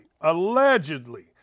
allegedly